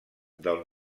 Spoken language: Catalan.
del